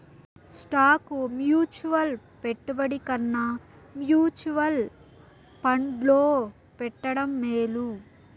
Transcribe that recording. stock mutual పెట్టుబడి కన్నా mutual ఫండ్లో పెట్టడం మేలు